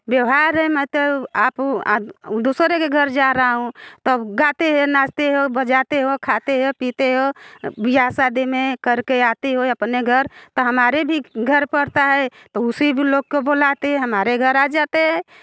व्यवहार है मतलब आप दूसरे के घर जा रहा हूँ तब गाते है नाचते हो बजते हो खाते हो पीते हो वियाह शादी में करके आते हो अपने घर तो हमारे भी घर पड़ता है तो उसे भी लोग बुलाते हैं हमारे घर आ जाते हैं